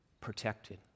protected